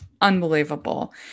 unbelievable